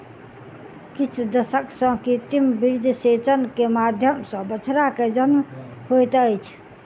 किछ दशक सॅ कृत्रिम वीर्यसेचन के माध्यम सॅ बछड़ा के जन्म होइत अछि